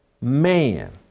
man